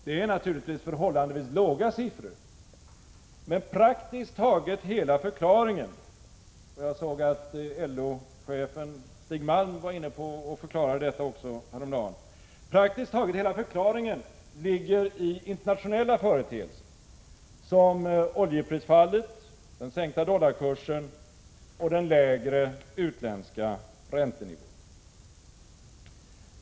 Det är naturligtvis förhållandevis låga siffror, men praktiskt taget hela förklaringen - och jag såg att LO-chefen Stig Malm var inne på att förklara detta häromdagen -— ligger i internationella företeelser som oljeprisfallet, den sänkta dollarkursen och den lägre internationella räntenivån.